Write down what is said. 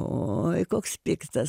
oi koks piktas